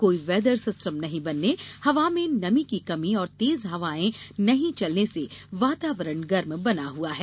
कोई weather system नहीं बनने हवा में नमी की कमी और तेज हवायें नहीं चलने से वातावरण गर्म बना हुआ है